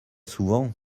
souvent